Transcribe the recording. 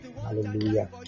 Hallelujah